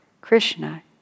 Krishna